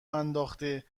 انداخته